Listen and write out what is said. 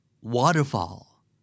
Waterfall